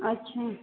अच्छा